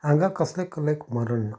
हांगा कसलेंच कलेक मरण ना